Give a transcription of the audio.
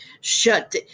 shut